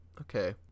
Okay